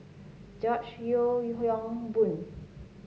George Yeo Yong Boon